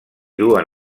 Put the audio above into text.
duen